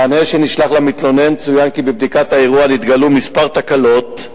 במענה שנשלח למתלונן צוין כי בבדיקת האירוע נתגלו כמה תקלות,